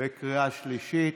בקריאה השלישית.